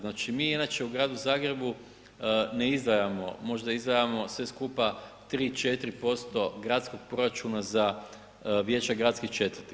Znači mi inače u gradu Zagrebu ne izdvajamo, možda izdvajamo sve skupa 3,4% gradskog proračuna za vijeće gradskih četvrti.